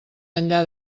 enllà